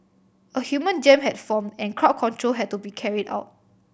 a human jam had formed and crowd control had to be carried out